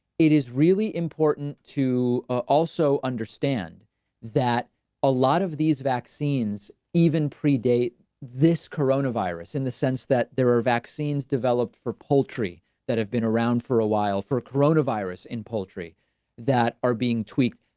it is really important to also understand that a lot of these vaccines even pre-date this corona virus in the sense that there are vaccines developed for poultry that have been around for a while for corona virus in poultry that are being tweaked.